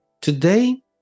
Today